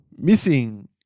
Missing